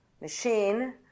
machine